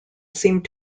seemed